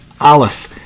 Aleph